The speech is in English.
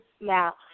now